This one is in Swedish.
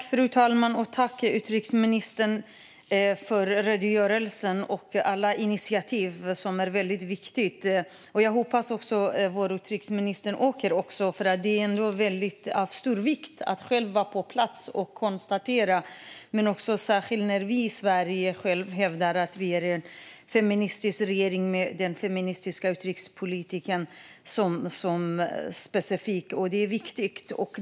Fru talman! Tack, utrikesministern, för redogörelsen och för alla viktiga initiativ! Jag hoppas att också utrikesministern åker ned, för det är av stor vikt att själv vara på plats och konstatera hur det är. Särskilt eftersom vi i Sverige hävdar att vi har en feministisk regering och en feministisk utrikespolitik är det viktigt.